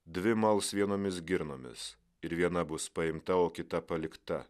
dvi mals vienomis girnomis ir viena bus paimta o kita palikta